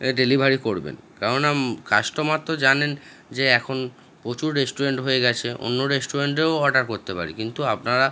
delivery করবেন কেননা customer তো জানেন যে এখন প্রচুর রেস্টুরেন্ট হয়ে গেছে অন্য রেস্টুরেন্টেও অর্ডার করতে পারি কিন্তু আপনারা